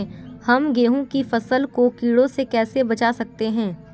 हम गेहूँ की फसल को कीड़ों से कैसे बचा सकते हैं?